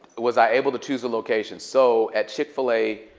was i able to choose a location? so at chick-fil-a,